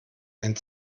ein